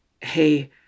hey